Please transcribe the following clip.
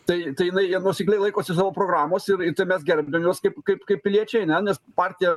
tai tai jinai jie nuosekliai laikosi savo programos ir tai mes gerbiam juos kaip kaip kaip piliečiai a ne nes partija